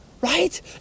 right